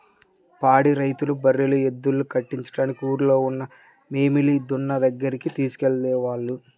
పాడి రైతులు బర్రెలు, ఎద్దుల్ని కట్టించడానికి ఊల్లోనే ఉన్న మేలిమి దున్న దగ్గరికి తీసుకెళ్ళేవాళ్ళు